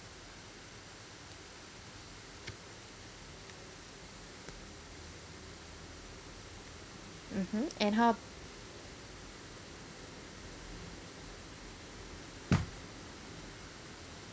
mmhmm and how